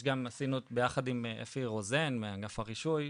יש גם עשינו ביחד עם אפי רוזן מאגף הרישוי,